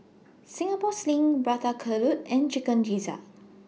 Singapore Sling Prata Telur and Chicken Gizzard